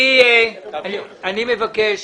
אני מבקש